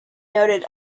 noted